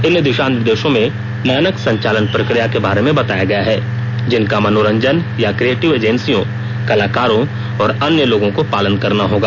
इन दिशा निर्देशों में मानक संचालन प्रक्रिया के बारे में बताया गया है जिनका मनोरंजन या क्रिएटिव एजेंसियों कलाकारों और अन्य लोगों को पालन करना होगा